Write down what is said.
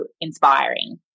inspiring